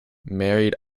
married